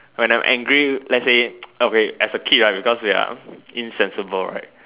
when I'm angry let's say okay as a kid right because we are insensible right